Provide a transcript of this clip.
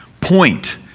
point